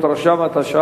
עשרה